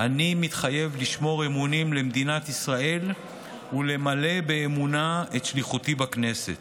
"אני מתחייב לשמור אמונים למדינת ישראל ולמלא באמונה את שליחותי בכנסת".